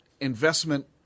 investment